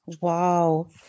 Wow